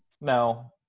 no